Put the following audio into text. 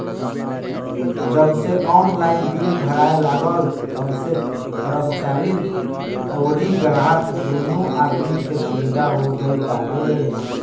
जबसे online bill भराए लागल तबसे कर्मचारीन अउरी ग्राहक दूनो आदमी के सुविधा हो गईल बाटे